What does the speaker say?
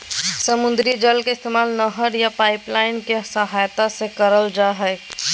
समुद्री जल के इस्तेमाल नहर या पाइपलाइन के सहायता से करल जा हय